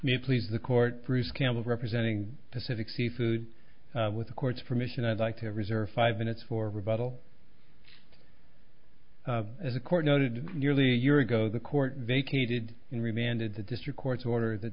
me please the court bruce campbell representing pacific seafood with the court's permission i'd like to reserve five minutes for rebuttal as a court noted nearly a year ago the court vacated in remanded the district court's order that